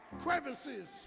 crevices